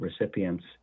recipients